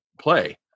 play